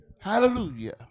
Hallelujah